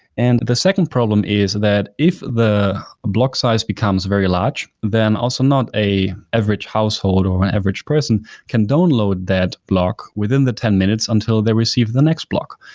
and the second problem is that if the block size becomes very large, then also not an average household or an average person can download that block within the ten minutes until they receive the next block.